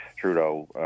Trudeau